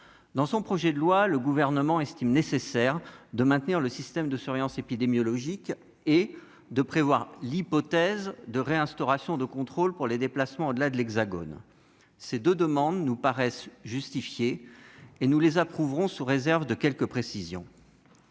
Dans son projet de loi, le Gouvernement estime nécessaire de maintenir le système de surveillance épidémiologique et de prévoir l'hypothèse de restauration de contrôles pour les déplacements au-delà de l'Hexagone. Ces deux demandes nous paraissent justifiées, et nous les approuverons, sous réserve de quelques précisions.